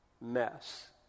mess